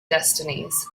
destinies